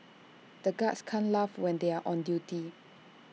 the guards can't laugh when they are on duty